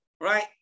right